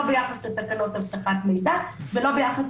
לא ביחס לתקנות אבטחת מידע ולא ביחס